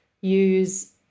use